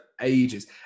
ages